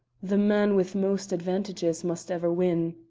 the man with most advantages must ever win.